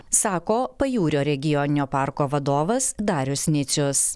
sako pajūrio regioninio parko vadovas darius nicius